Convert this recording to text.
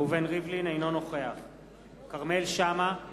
אינו נוכח כרמל שאמה,